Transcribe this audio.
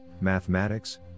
Mathematics